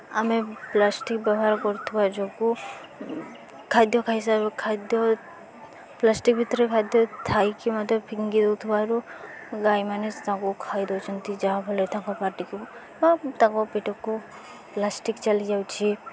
ଆମେ ପ୍ଲାଷ୍ଟିକ୍ ବ୍ୟବହାର କରୁଥିବା ଯୋଗୁଁ ଖାଦ୍ୟ ଖାଇା ଖାଦ୍ୟ ପ୍ଲାଷ୍ଟିକ୍ ଭିତରେ ଖାଦ୍ୟ ଥାଇକି ମଧ୍ୟ ଫିଙ୍ଗି ଦେଉଥିବାରୁ ଗାଈମାନେ ତାଙ୍କୁ ଖାଇ ଦେଉଛନ୍ତି ଯାହା ଫଳରେ ତାଙ୍କ ପାଟିକୁ ବା ତାଙ୍କ ପେଟକୁ ପ୍ଲାଷ୍ଟିକ୍ ଚାଲିଯାଉଛି